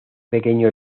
pequeño